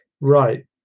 Right